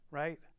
right